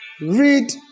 Read